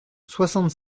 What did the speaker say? soixante